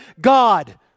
God